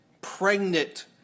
pregnant